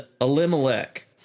Elimelech